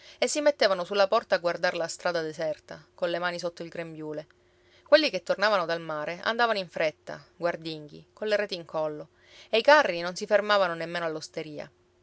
e si mettevano sulla porta a guardar la strada deserta colle mani sotto il grembiule quelli che tornavano dal mare andavano in fretta guardinghi colle reti in collo e i carri non si fermavano nemmeno